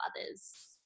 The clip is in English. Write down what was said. others